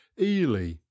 Ely